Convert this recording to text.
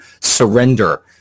surrender